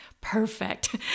perfect